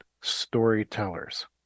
storytellers